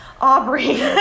Aubrey